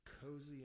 Cozy